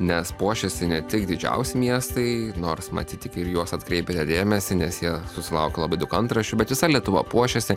nes puošiasi ne tik didžiausi miestai nors matyt tik ir juos atkreipiate dėmesį nes jie susilaukia labai daug antraščių bet visa lietuva puošiasi